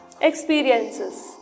experiences